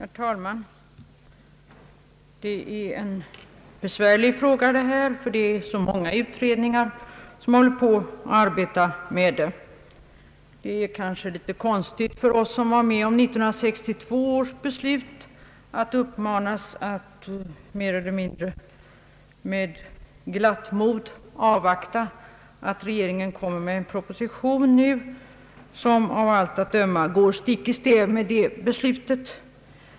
Herr talman! Detta är en besvärlig fråga särskilt som det är så många utredningar som arbetar med den. Det är kanske något underligt för oss som var med om 1962 års beslut att nu uppmanas att med glatt mod avvakta en proposition, som av allt att döma går stick i stäv med det tidigare beslutet.